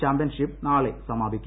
championship നാളെ സമാപിക്കും